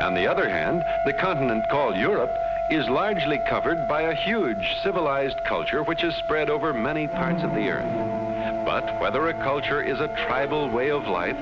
and the other hand the continent call europe is largely covered by a huge civilised culture which is spread over many parts of the earth but whether a culture is a tribal way of life